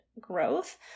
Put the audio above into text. growth